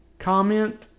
comment